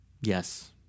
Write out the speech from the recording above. Yes